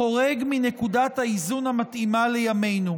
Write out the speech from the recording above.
חורג מנקודת האיזון המתאימה לימינו.